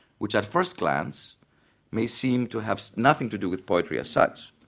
which at first glance may seem to have nothing to do with poetry as such.